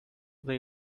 they